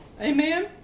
Amen